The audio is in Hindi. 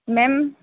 नहीं